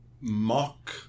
mock